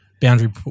boundary